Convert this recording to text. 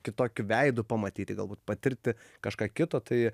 kitokiu veidu pamatyti galbūt patirti kažką kito tai